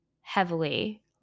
heavily